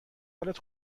حالت